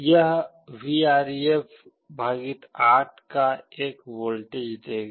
यह Vref 8 का एक वोल्टेज देगा